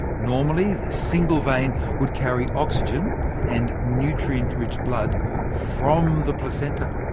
normally, this single vein would carry oxygen and nutrient-rich blood from the placenta,